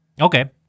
okay